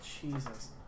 Jesus